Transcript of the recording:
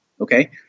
Okay